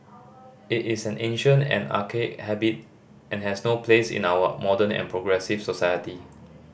it is an ancient and archaic habit and has no place in our modern and progressive society